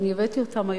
אני הבאתי אותם,